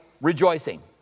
rejoicing